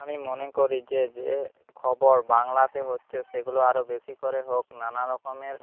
আমি মনে করি যে যে খবর বাংলাতে হচ্ছে সেগুলো আরো বেশি করে হোক নানা রকমের